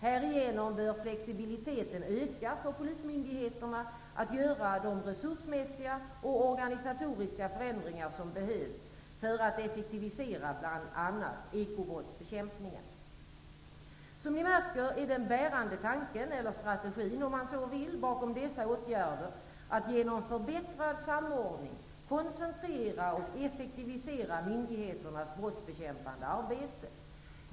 Härigenom bör flexibiliteten öka för polismyndigheterna att göra de resursmässiga och organisatoriska förändringar som behövs för att effektivisera bl.a. ekobrottsbekämpningen. Som ni märker är den bärande tanken, eller strategin om man så vill, bakom dessa åtgärder att genom förbättrad samordning koncentrera och effektivisera myndigheternas brottsbekämpande arbete.